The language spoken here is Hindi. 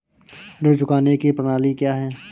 ऋण चुकाने की प्रणाली क्या है?